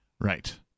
Right